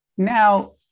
Now